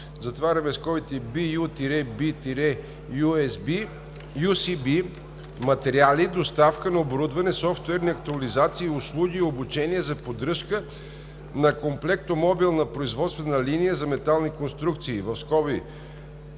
договор (LOA) BU-B-UCB, „Материали, доставка на оборудване, софтуерни актуализации, услуги и обучение за поддръжка на Комплектомобилна производствена линия за метални конструкции